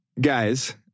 guys